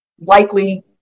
likely